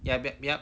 yup then yup